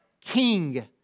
King